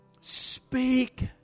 Speak